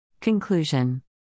Conclusion